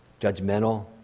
judgmental